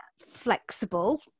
flexible